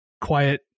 quiet